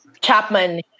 Chapman